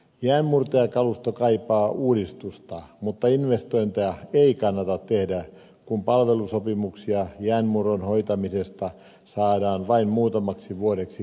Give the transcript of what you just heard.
jäänmurtajakalusto kaipaa uudistusta mutta investointeja ei kannata tehdä kun palvelusopimuksia jäänmurron hoitamisesta saadaan vain muutamaksi vuodeksi kerrallaan